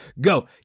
go